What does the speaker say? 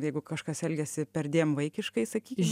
jeigu kažkas elgiasi perdėm vaikiškai sakykim